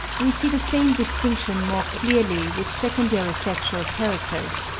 we see the same distinction more clearly with secondary sexual characters,